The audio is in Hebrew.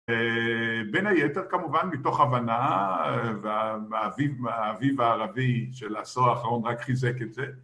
בין היתר כמובן מתוך הבנה, והאביב הערבי של עשור האחרון רק חיזק את זה